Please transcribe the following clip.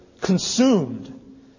consumed